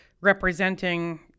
representing